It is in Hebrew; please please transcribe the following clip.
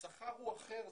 השכר הוא אחר,